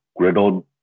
griddled